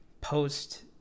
post